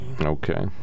Okay